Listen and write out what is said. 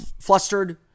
flustered